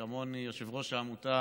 כמוני, ויושב-ראש העמותה